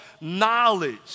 knowledge